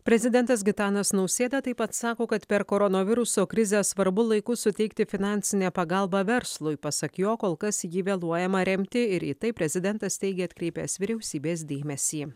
prezidentas gitanas nausėda taip pat sako kad per koronaviruso krizę svarbu laiku suteikti finansinę pagalbą verslui pasak jo kol kas jį vėluojama remti ir į tai prezidentas teigė atkreipęs vyriausybės dėmesį